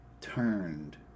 turned